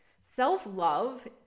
Self-love